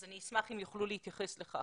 אז אני אשמח אם יוכלו להתייחס לכך.